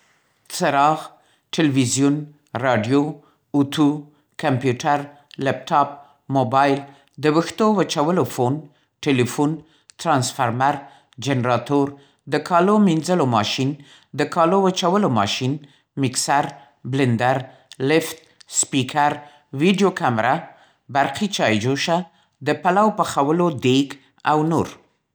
څراغ، ټلویزیون، راډیو، اوطو، کمپیوټر، لپټاپ، موبایل، د وېښتو وچولو فون، ټلیفون، ترانسفرمر، جنراتور، د کالو مینځلو ماشین، د کالو وچولو ماشین، میکسر، بلیندر، لیفت، سپیکر، ویډیو کمره، برقی چایجوشه، د پلو پخولو دېګ اونور.